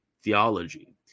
theology